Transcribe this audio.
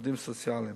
ועובדים סוציאליים.